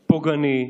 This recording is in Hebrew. פוגעני,